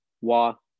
walk